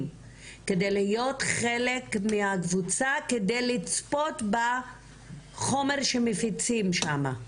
כדי להיות חלק מהקבוצה כדי לצפות בחומר שמפיצים שם,